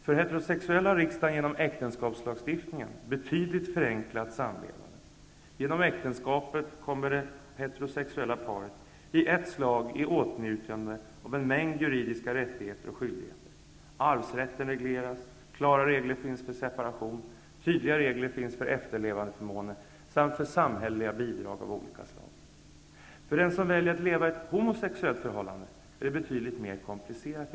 För heterosexuella har riksdagen genom äktenskapslagstiftningen betydligt förenklat samlevnaden. Genom äktenskapet kommer det heterosexuella paret i ett slag i åtnjutande av en mängd juridiska rättigheter och skyldigheter. Arvsrätten regleras, klara regler finns för separation, tydliga regler finns för efterlevandeförmåner samt för samhälleliga bidrag av olika slag. För den som väljer att leva i ett homosexuellt förhållande är det i dag betydligt mer komplicerat.